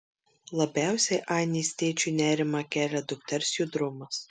labiausiai ainės tėčiui nerimą kelia dukters judrumas